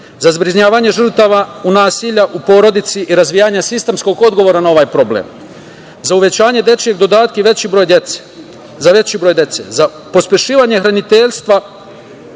za zbrinjavanje žrtava nasilja u porodici i razvijanja sistemskog odgovora na ovaj problem, za uvećanje dečijeg dodatka za veći broj dece, za pospešivanje hraniteljstva